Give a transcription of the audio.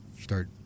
start